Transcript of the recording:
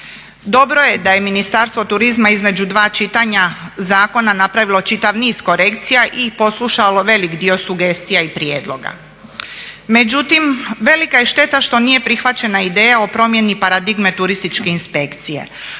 Dobro je da je Ministarstvo turizma između dva čitanja zakona napravilo čitav niz korekcija i poslušalo veliki dio sugestija i prijedloga. Međutim, velika je šteta što nije prihvaćena ideja o promjeni paradigme turističke inspekcije.